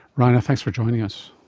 raina, thanks for joining us.